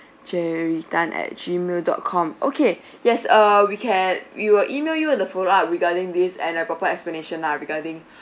jerry tan at Gmail dot com okay yes err we can we will E-mail you the follow up regarding these and a proper explanation lah regarding